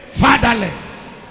fatherless